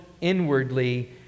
inwardly